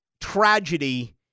tragedy